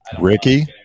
Ricky